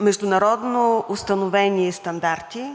международно установени стандарти,